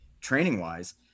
training-wise